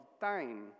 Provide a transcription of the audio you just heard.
time